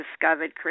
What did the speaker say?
discovered